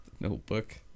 Notebook